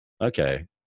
okay